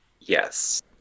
yes